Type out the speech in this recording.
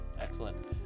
Excellent